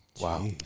Wow